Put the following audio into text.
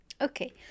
Okay